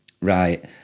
right